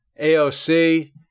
AOC